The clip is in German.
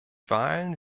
wahlen